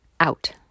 Out